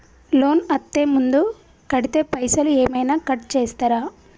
Loan అత్తే ముందే కడితే పైసలు ఏమైనా కట్ చేస్తరా?